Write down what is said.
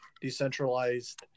decentralized